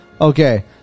Okay